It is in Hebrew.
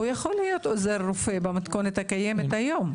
הוא יכול להיות עוזר רופא במתכונת הקיימת היום.